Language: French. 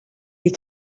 des